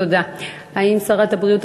שרת הבריאות,